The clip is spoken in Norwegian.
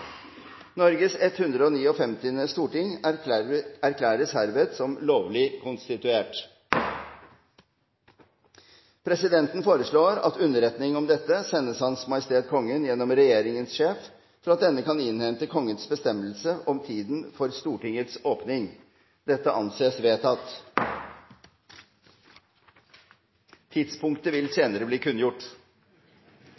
lovlig konstituert. Presidenten foreslår at underretning om dette sendes Hans Majestet Kongen gjennom regjeringens sjef, for at denne kan innhente Kongens bestemmelse om tiden for Stortingets åpning. – Det anses vedtatt. Tidspunktet vil